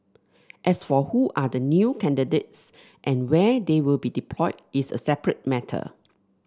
as for who are the new candidates and where they will be deployed is a separate matter